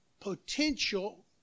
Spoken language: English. potential